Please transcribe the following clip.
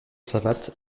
savates